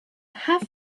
have